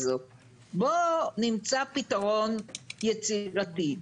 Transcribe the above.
בואו נמצא פתרון יצירתי,